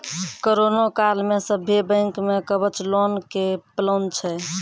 corona काल मे सभ्भे बैंक मे कवच लोन के प्लान छै